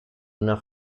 una